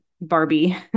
Barbie